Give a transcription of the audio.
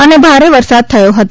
અને ભારે વરસાદ થયો હતો